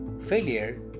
failure